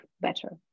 better